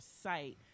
site